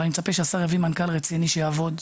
אבל אני מצפה שהשר יביא מנכ"ל רציני שיעבוד,